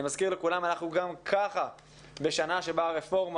אני מזכיר לכולם שאנחנו גם כך בשנה שבה הרפורמה